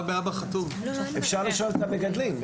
אפשר לשאול את המגדלים.